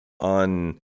on